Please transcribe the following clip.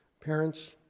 Parents